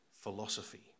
philosophy